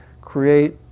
create